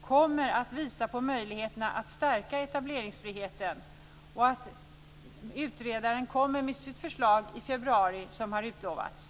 kommer att visa på möjligheterna att stärka etableringsfriheten och att utredaren kommer med sitt förslag i februari, som har utlovats.